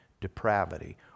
depravity